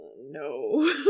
No